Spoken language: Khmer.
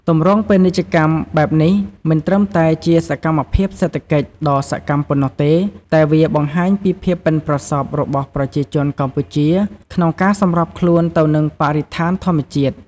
ទម្រង់ពាណិជ្ជកម្មបែបនេះមិនត្រឹមតែជាសកម្មភាពសេដ្ឋកិច្ចដ៏សកម្មប៉ុណ្ណោះទេ តែវាបង្ហាញពីភាពប៉ិនប្រសប់របស់ប្រជាជនកម្ពុជាក្នុងការសម្របខ្លួនទៅនឹងបរិស្ថានធម្មជាតិ។